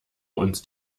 uns